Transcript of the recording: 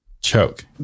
choke